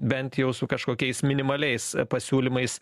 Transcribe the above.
bent jau su kažkokiais minimaliais pasiūlymais